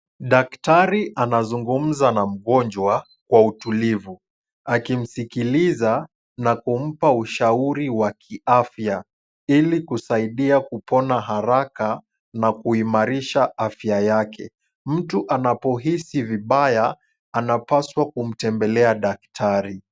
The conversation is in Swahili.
Daktari anazungumza na mgonjwa kwa utulivu, akimsikiliza na kumpa ushauri wa kiafya ili kumsaidia kupona haraka na kuimarisha afya yake. Mtu anapohisi vibaya, anapaswa kumtembelea daktari.